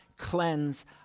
cleanse